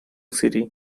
city